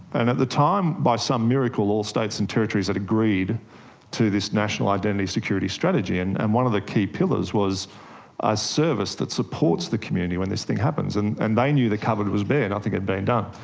and at the time, by some miracle, all states and territories had agreed to this national identity security strategy, and and one of the key pillars was a service that supports the community when this thing happens, and and they knew the cupboard was bare, nothing had been done.